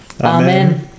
Amen